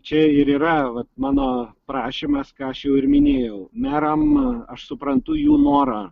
čia ir yra vat mano prašymas ką aš jau ir minėjau meram aš suprantu jų norą